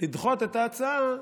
לדחות את ההצעה,